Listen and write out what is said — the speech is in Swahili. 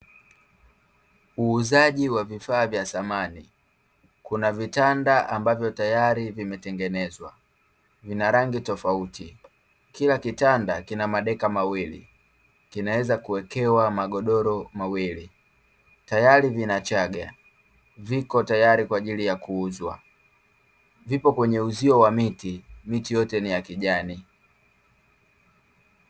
Uuzaji wa vifaa vya samani. Kuna vitanda ambavyo tayari vimetengenezwa, vina rangi tofauti. Kila kitanda kina madeka mawili, kinaweza kuwekewa magodoro mawili, tayari vina chaga. Viko tayari kwa ajili ya kuuzwa. Vipo kwenye uzio wa miti, miti yote ni ya kijani.